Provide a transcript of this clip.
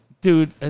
Dude